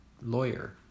lawyer